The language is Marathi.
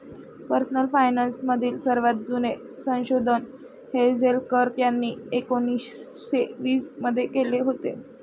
पर्सनल फायनान्स मधील सर्वात जुने संशोधन हेझेल कर्क यांनी एकोन्निस्से वीस मध्ये केले होते